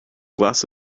glass